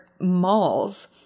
malls